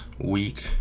week